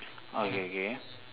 okay K